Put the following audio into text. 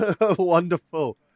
wonderful